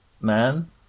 man